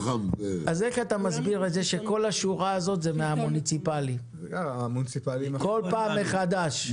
איך אתה מסביר את זה שכל השורה הזאת היא המוניציפלי בכל פעם מחדש?